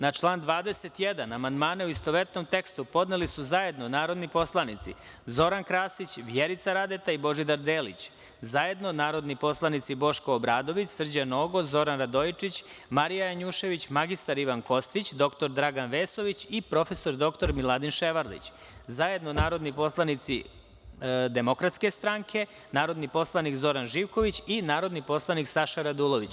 Na član 21. amandmane, u istovetnom tekstu, podneli su zajedno narodni poslanici Zoran Krasić, Vjerica Radeta i Božidar Delić, zajedno narodni poslanici Boško Obradović, Srđan Nogo, Zoran Radojičić, Marija Janjušević, mr Ivan Kostić, dr Dragan Vesović i prof. dr Miladin Ševarlić, zajedno narodni poslanici DS, narodni poslanik Zoran Živković i narodni poslanik Saša Radulović.